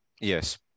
Yes